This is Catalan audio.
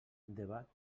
debat